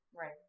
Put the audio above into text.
Right